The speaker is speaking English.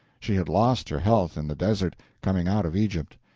she had lost her health in the desert, coming out of egypt.